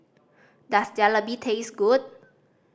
does Jalebi taste good